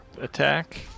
attack